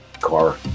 Car